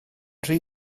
rhy